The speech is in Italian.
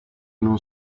non